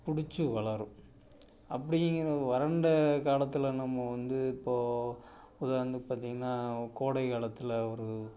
பிடிச்சி வளரும் அப்படிங்கிற வறண்ட காலத்தில் நம்ம வந்து இப்போது உதாரணத்துக்கு பார்த்தீங்கன்னா கோடை காலத்தில் ஒரு